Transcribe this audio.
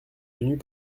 tenus